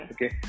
Okay